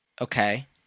Okay